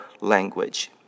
language